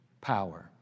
Power